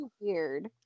weird